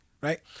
Right